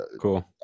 Cool